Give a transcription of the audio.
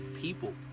people